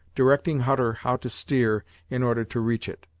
directing hutter how to steer in order to reach it.